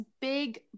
big